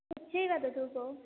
उच्चैः वदतु भोः